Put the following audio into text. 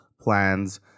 plans